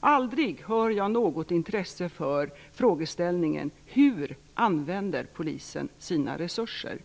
Aldrig hör jag något intresse för frågeställningen om hur polisen använder sina resurser.